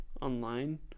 online